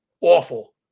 Awful